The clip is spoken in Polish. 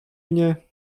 mnie